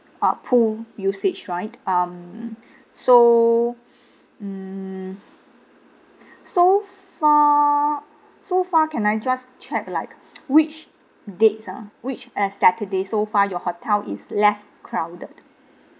ah pool usage right um so mm so far so far can I just check like which dates ah which uh saturday so far your hotel is less crowded